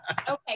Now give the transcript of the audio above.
Okay